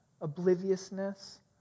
obliviousness